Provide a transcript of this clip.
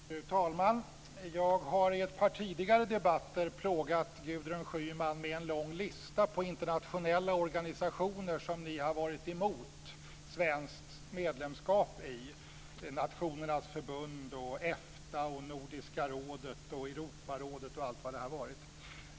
Fru talman! Jag har i ett par tidigare debatter plågat Gudrun Schyman med en lång lista på internationella organisationer där ni har varit emot svenskt medlemskap, t.ex. Nationernas förbund, EFTA, Nordiska rådet, Europarådet och allt vad det har varit.